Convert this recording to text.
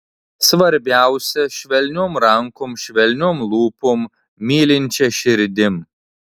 svarbiausia švelniom rankom švelniom lūpom mylinčia širdim